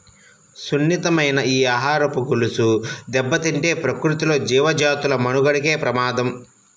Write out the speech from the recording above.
సున్నితమైన ఈ ఆహారపు గొలుసు దెబ్బతింటే ప్రకృతిలో జీవజాతుల మనుగడకే ప్రమాదం